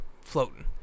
floating